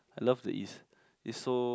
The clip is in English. I love the east is so